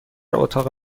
اتاق